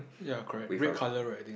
ya correct red colour right I think